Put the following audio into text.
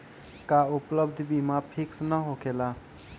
का उपलब्ध बीमा फिक्स न होकेला?